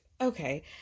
okay